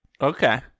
Okay